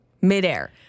midair